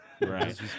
Right